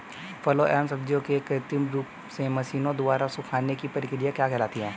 फलों एवं सब्जियों के कृत्रिम रूप से मशीनों द्वारा सुखाने की क्रिया क्या कहलाती है?